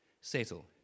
settle